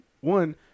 one